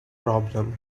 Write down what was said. problem